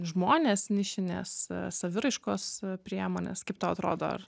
žmonės nišinės saviraiškos priemonės kaip tau atrodo